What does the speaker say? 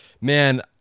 Man